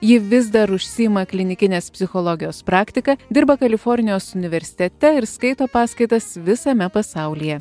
ji vis dar užsiima klinikinės psichologijos praktika dirba kalifornijos universitete ir skaito paskaitas visame pasaulyje